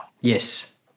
Yes